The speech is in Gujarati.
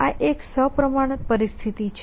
આ એક સપ્રમાણ પરિસ્થિતિ છે